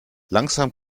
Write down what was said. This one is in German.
langsam